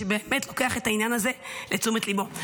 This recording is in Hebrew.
שבאמת לוקח את העניין הזה לתשומת ליבו.